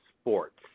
sports